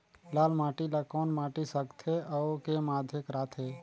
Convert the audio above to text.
लाल माटी ला कौन माटी सकथे अउ के माधेक राथे?